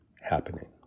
happening